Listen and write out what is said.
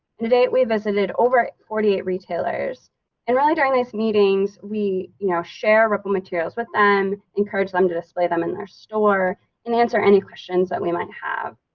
to date we've visited over forty eight retailers and really during those meetings we you know share ripple materials with them and encourage them to display them in their store and answer any questions that we might have,